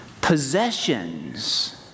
possessions